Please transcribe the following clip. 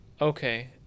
okay